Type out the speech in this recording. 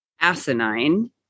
asinine